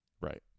Right